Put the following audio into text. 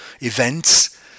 events